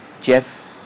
Jeff